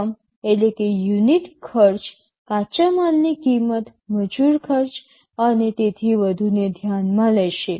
એકમ ખર્ચ કાચા માલની કિંમત મજૂર ખર્ચ અને તેથી વધુને ધ્યાનમાં લેશે